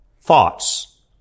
Thoughts